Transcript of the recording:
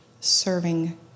serving